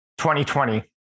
2020